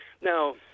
Now